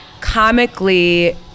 comically